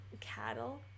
Cattle